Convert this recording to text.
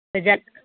हे जन